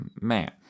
Man